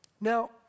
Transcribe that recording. Now